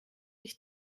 ich